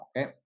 Okay